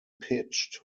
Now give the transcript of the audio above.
pitched